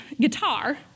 guitar